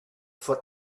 for